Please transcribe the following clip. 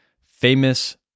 Famous